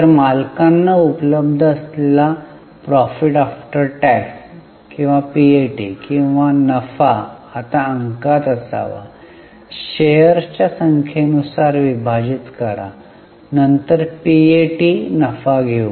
तर मालकांना उपलब्ध असलेला पीएटी किंवा नफा आता अंकात असावा शेअर्सच्या संख्ये नुसार विभाजित करा नंतर पीएटी नफा घेऊ